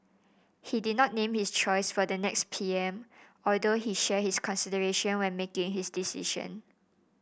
he did not name his choice for the next P M although he shared his consideration when making his decision